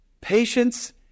Patience